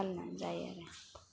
फालिनाय जायो आरो